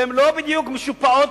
שהן לא בדיוק משופעות